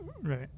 right